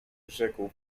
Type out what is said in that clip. rzekł